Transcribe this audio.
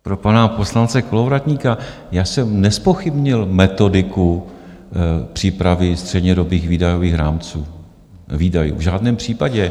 Pro pana poslance Kolovratníka, já jsem nezpochybnil metodiku přípravy střednědobých výdajových rámců, výdajů, v žádném případě!